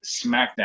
SmackDown